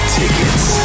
tickets